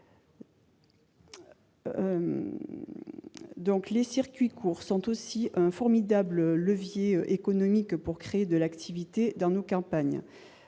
les circuits courts sont un formidable levier économique pour créer de l'activité dans nos campagnes.